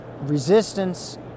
resistance